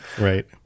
Right